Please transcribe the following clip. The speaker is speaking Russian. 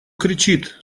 кричит